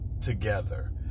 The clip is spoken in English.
together